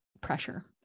pressure